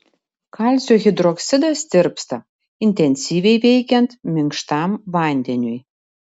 kalcio hidroksidas tirpsta intensyviai veikiant minkštam vandeniui